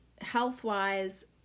health-wise